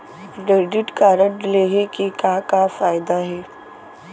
Credit card लेहे के का का फायदा हे?